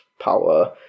power